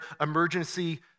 emergency